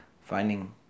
finding